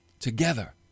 together